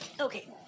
Okay